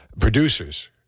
producers